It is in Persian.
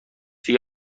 دیگه